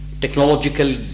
Technological